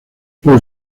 por